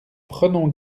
prenons